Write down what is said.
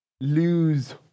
lose